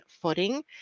footing